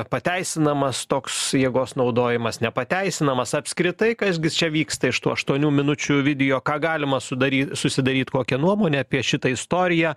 pateisinamas toks jėgos naudojimas nepateisinamas apskritai kas gi čia vyksta iš tų aštuonių minučių video ką galima sudaryt susidaryt kokią nuomonę apie šitą istoriją